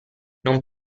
non